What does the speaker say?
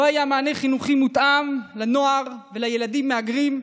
לא היה מענה חינוכי מותאם לנוער ולילדים מהגרים,